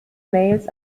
mails